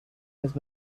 had